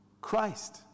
Christ